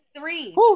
three